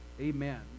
Amen